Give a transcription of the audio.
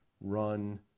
Run